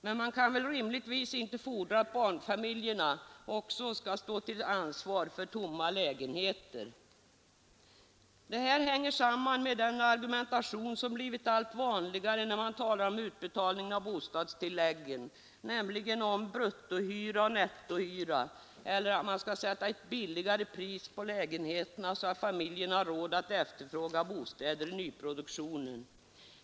Och man kan väl rimligtvis inte fordra att barnfamiljerna också skall stå till ansvar för tomma lägenheter? Detta hänger samman med den argumentation som har blivit allt vanligare i fråga om utbetalningen av bostadstilläggen, nämligen talet om bruttohyra och nettohyra, eller att man skall sätta ett billigare pris på lägenheterna, så att familjerna har råd att efterfråga bostäder i nyproduktionen.